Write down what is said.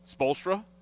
Spolstra